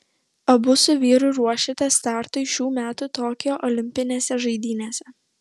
abu su vyru ruošėtės startui šių metų tokijo olimpinėse žaidynėse